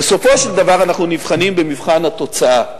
בסופו של דבר אנחנו נבחנים במבחן התוצאה,